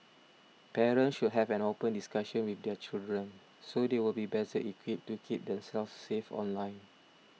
parents should have an open discussion with their children so they will be better equipped to keep themselves safe online